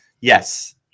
Yes